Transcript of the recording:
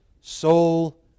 soul